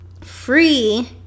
free